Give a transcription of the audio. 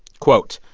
quote,